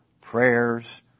prayers